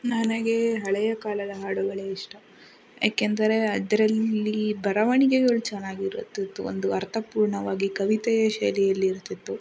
ನನಗೆ ಹಳೆಯ ಕಾಲದ ಹಾಡುಗಳೇ ಇಷ್ಟ ಏಕೆಂದರೆ ಅದರಲ್ಲಿ ಬರವಣಿಗೆಗಳು ಚೆನ್ನಾಗಿರುತ್ತಿತ್ತು ಒಂದು ಅರ್ಥಪೂರ್ಣವಾಗಿ ಕವಿತೆಯ ಶೈಲಿಯಲ್ಲಿ ಇರುತ್ತಿತ್ತು